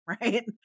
right